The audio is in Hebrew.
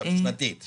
שנתית.